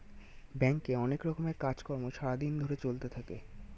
ব্যাংকে অনেক রকমের কাজ কর্ম সারা দিন ধরে চলতে থাকে